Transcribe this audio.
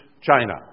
China